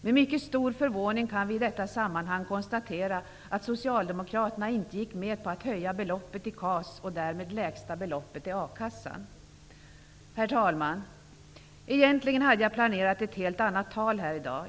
Med mycket stor förvåning kan vi i detta sammanhang konstatera att socialdemokraterna inte gick med på att höja beloppet i KAS och därmed lägsta beloppet i a-kassan. Herr talman! Egentligen hade jag planerat ett helt annat tal här i dag.